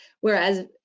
Whereas